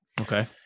Okay